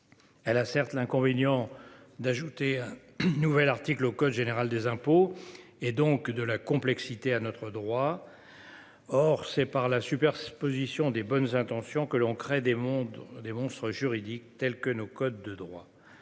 Elle a certes l'inconvénient d'ajouter un nouvel article au code général des impôts et donc de la complexité à notre droit. Or c'est par la superposition des bonnes intentions que l'on crée des monstres juridiques tels que nos codes de droit.